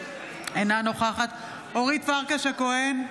אינה נוכחת אורית פרקש הכהן,